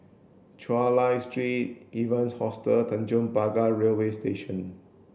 Chulia Street Evans Hostel and Tanjong Pagar Railway Station